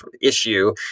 issue